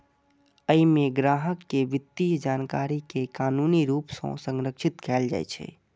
अय मे ग्राहक के वित्तीय जानकारी कें कानूनी रूप सं संरक्षित कैल जाइ छै